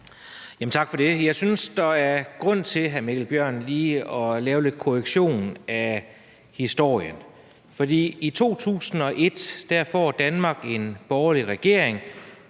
Tak for det. Jeg synes, at der er grund til, hr. Mikkel Bjørn, lige at lave lidt korrektion af historien, for i 2001 får Danmark en borgerlig regering